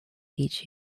each